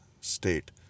state